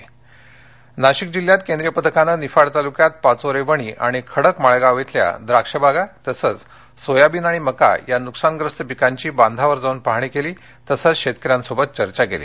नाशिक पाहणी नाशिक जिल्ह्यात केंद्रीय पथकानं निफाड तालुक्यात पाचोरे वणी आणि खडक माळेगाव इथल्या द्राक्षबागा तसंच सोयाबीन आणि मका या नुकसानग्रस्त पिकांची बांधावर जाऊन पाहणी केली तसंच शेतकऱ्यांशीही चर्चा केली